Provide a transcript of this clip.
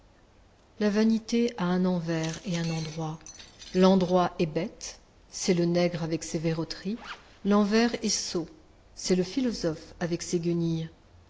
la vanité a un envers et un endroit l'endroit est bête c'est le nègre avec ses verroteries l'envers est sot c'est le philosophe avec ses guenilles